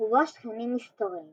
ובו שכנים מסתוריים